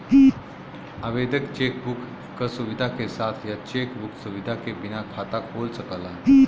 आवेदक cheque book क सुविधा के साथ या चेक बुक सुविधा के बिना खाता खोल सकला